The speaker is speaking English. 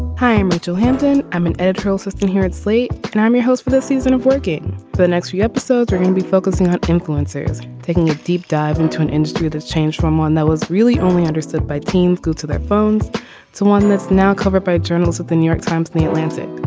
to hampton. i'm an editorial assistant here at slate and i'm your host for this season of working the next few episodes are going to be focusing on influencers taking a deep dive into an industry that's changed from one that was really only understood by team glued to their phones to one that's now covered by journals of the new york times the atlantic.